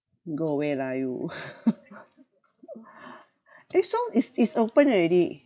go away lah you eh so it's it's open already